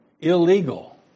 illegal